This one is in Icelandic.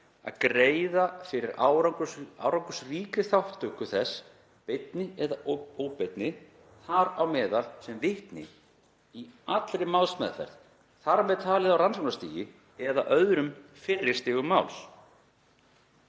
að greiða fyrir árangursríkri þátttöku þess, beinni eða óbeinni, þar á meðal sem vitni, í allri málsmeðferð, þ.m.t. á rannsóknarstigi eða öðrum fyrri stigum máls.